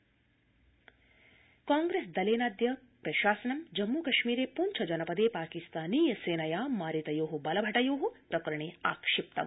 कांग्रेसदलम् कांप्रेस दलेनाद्य प्रशासनं जम्मू कश्मीरे पुञ्छ जनपदे पाकिस्तानीय सेनया मारितयो बलभटयो प्रकरणे आक्षिप्तम्